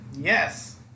Yes